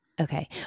okay